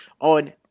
on